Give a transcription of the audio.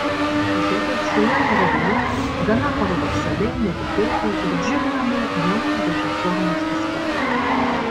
tad siužetas šioje parodoje gana paradoksaliai netikėtai ir džiuginamai neužgožia formos aspekto